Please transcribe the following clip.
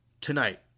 tonight